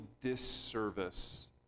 disservice